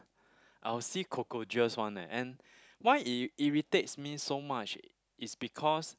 I will see cockroaches one eh and why it irritates me so much is because